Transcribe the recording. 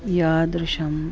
यादृशम्